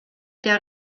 der